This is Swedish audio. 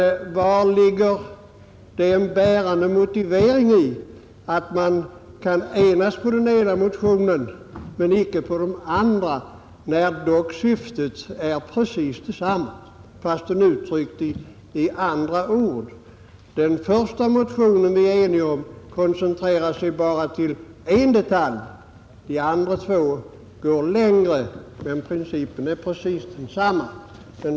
Men var ligger den bärande motiveringen till att man kan enas om den ena motionen men icke om de andra, när syftet är precis detsamma fastän uttryckt i andra ord? Den första motionen som vi är eniga om koncentrerar sig på bara en detalj, medan de båda andra går längre. Men principen är precis densamma.